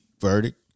verdict